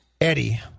Eddie